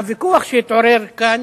הוויכוח שהתעורר כאן